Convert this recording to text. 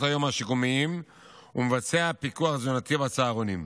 היום השיקומיים ומבצע פיקוח תזונתי בצהרונים.